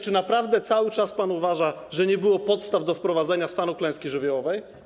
Czy naprawdę cały czas uważa pan, że nie było podstaw do wprowadzenia stanu klęski żywiołowej?